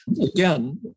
Again